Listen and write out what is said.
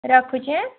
ରଖୁଛି ଆଁ